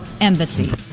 embassy